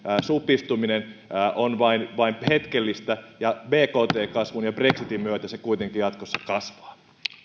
supistuminen on vain vain hetkellistä ja bkt kasvun ja brexitin myötä se kuitenkin jatkossa kasvaa